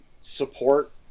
support